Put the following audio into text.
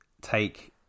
take